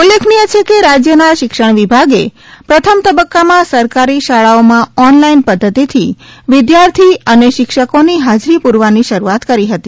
ઉલ્લેખનીય છે કે રાજ્યના શિક્ષણ વિભાગે પ્રથમ તબ્કકામાં સરકારી શાળાઓમાં ઓનલાઇન પદ્વતિથી વિદ્યાર્થી અને શિક્ષકોની હાજરી પુરવાની શરૂઆત કરી હતી